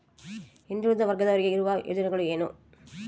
ಹಿಂದುಳಿದ ವರ್ಗದವರಿಗೆ ಇರುವ ಯೋಜನೆಗಳು ಏನು?